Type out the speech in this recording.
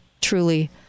truly